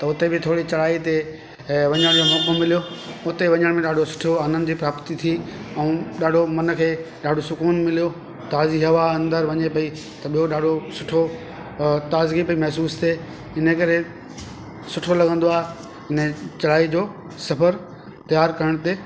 त हुते बि थोरी चढ़ाई ते ऐं वञण जो मौक़ो मिलियो हुते वञण में ॾाढो सुठो आनंद जी प्राप्ती थी ऐं ॾाढो मन खे ॾाढो सुक़ून मिलियो ताज़ी हवा अंदरि वञे पई त ॿियो ॾाढो सुठो और ताज़गी पई महसूस थिए हिन करे सुठो लॻंदो आहे हिन चढ़ाई जो सफ़र तयार करण ते